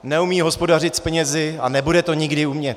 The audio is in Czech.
Neumí hospodařit s penězi a nebude to nikdy umět.